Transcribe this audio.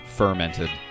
fermented